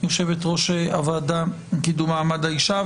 יו"ר הוועדה לקידום מעמד האישה,